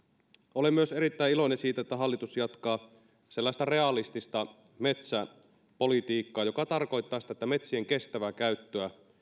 olen myös erittäin iloinen siitä että hallitus jatkaa sellaista realistista metsäpolitiikkaa joka tarkoittaa sitä että metsien kestävää käyttöä